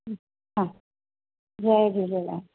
हा जय झूलेलाल